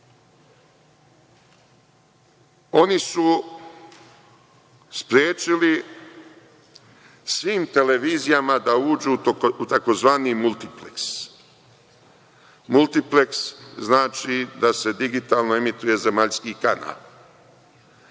Oni su sprečili svim televizijama da uđu u tzv. multipleks. Multipleks znači da se digitalno emituje zemaljski kanal,